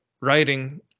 writing